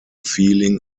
feeling